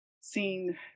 seen